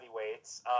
heavyweights